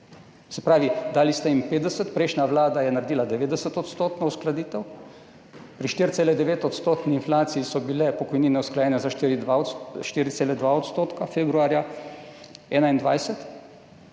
se pravi, dali ste jim 50, prejšnja vlada je naredila 90-odstotno uskladitev, pri 4,9-odstotni inflaciji so bile pokojnine usklajene za 4,2 % februarja 2021,